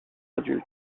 adulte